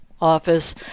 office